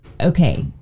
okay